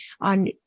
on